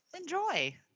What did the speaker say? enjoy